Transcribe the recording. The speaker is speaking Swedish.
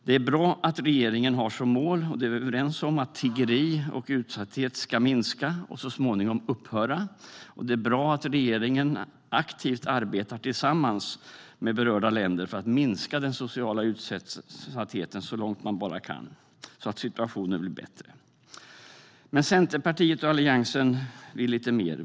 Det är bra att regeringen har som mål att tiggeri och utsatthet ska minska och så småningom upphöra, och det är bra att regeringen aktivt arbetar tillsammans med dessa länder för att minska den sociala utsattheten så långt man bara kan så att situationen blir bättre. Men Centerpartiet och Alliansen vill lite mer.